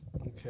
Okay